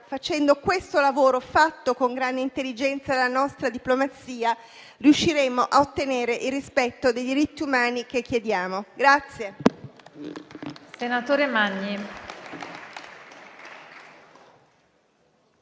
come quello svolto con grande intelligenza dalla nostra diplomazia, riusciremmo a ottenere il rispetto dei diritti umani che chiediamo.